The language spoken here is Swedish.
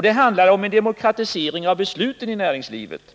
Det handlar om en demokratisering av besluten i näringslivet.